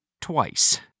Twice